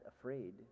afraid